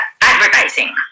advertising